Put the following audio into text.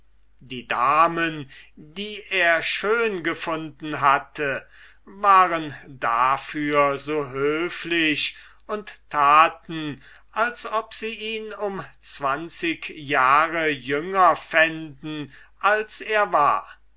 die damen die er schön gefunden hatte waren dafür so höflich und taten als ob sie ihn um zwanzig jahre junger fänden als er war